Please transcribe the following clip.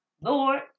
Lord